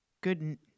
good